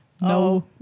No